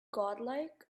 godlike